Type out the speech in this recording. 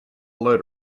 load